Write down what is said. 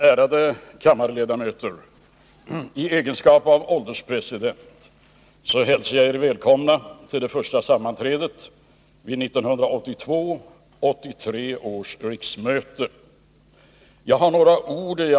Ärade kammarledamöter! I egenskap av ålderspresident hälsar jag er välkomna till det första sammanträdet vid 1982/83 års riksmöte.